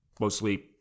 mostly